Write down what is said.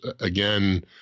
again